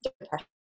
depression